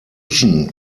küche